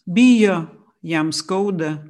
bijo jam skauda